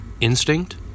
instinct